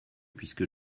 puisque